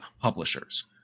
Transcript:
publishers